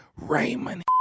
Raymond